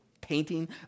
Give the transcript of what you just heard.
painting